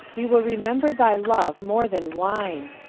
we will remember thy love more than wine